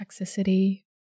toxicity